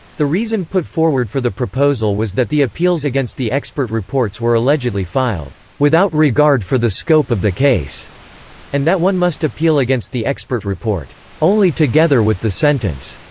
the reason put forward for the proposal was that the appeals against the expert reports were allegedly filed without regard for the scope of the case and that one must appeal against the expert report only together with the sentence.